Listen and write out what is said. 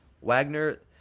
Wagner